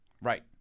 Right